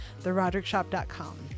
theroderickshop.com